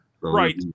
Right